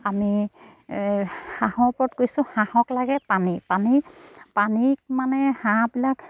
আমি হাঁহৰ ওপৰত কৈছোঁ হাঁহক লাগে পানী পানী পানীত মানে হাঁহবিলাক